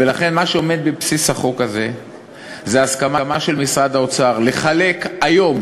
ולכן מה שעומד בבסיס החוק הזה זה הסכמה של משרד האוצר לחלק היום,